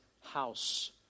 house